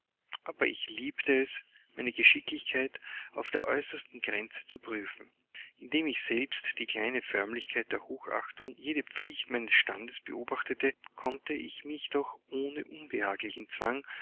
aber ich liebte es meine geschicklichkeit auf der äußersten grenze zu prüfen indem ich selbst die kleine förmlichkeit der hochachtung jede pflicht meines standes beobachtete konnte ich mich doch ohne unbehaglichen zwang